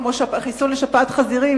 כמו חיסון לשפעת החזירים,